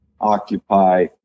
occupy